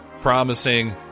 promising